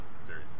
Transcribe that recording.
series